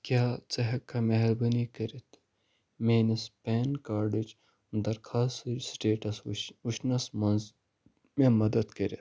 کیٛاہ ژٕ ہیٚکھہِ کھا مہربٲنی کٔرِتھ میٛٲنِس پین کارڈٕچ درخوٛاسٕچ سٹیٹَس وُچھنَس منٛز مےٚ مدد کٔرِتھ